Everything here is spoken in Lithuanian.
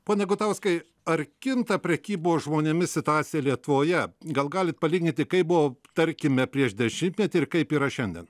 pone gutauskai ar kinta prekybos žmonėmis situacija lietuvoje gal galite palyginti kaip buvo tarkime prieš dešimtmetį ir kaip yra šiandien